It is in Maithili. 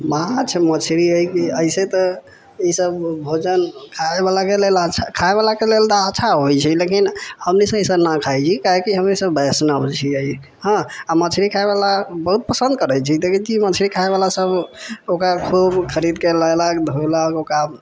माछ मछरी ऐसे तऽ ईसभ भोजन खायवलाके लेल अच्छा खायवलाके लेल तऽ अच्छा होइ छै लेकिन हमनीसभ ईसभ नहि खाइ छी काहेकि हमेसभ वैष्णव छियै हँ मछरी खायवला बहुत पसन्द करै छियै देखै छियै मछरी खायवलासभ ओकरा खुद खरीदके लयलक धोलक ओकरा